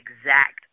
exact